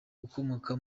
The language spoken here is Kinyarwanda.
ukomoka